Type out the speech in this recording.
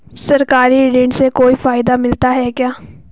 सरकारी ऋण से कोई फायदा मिलता है क्या?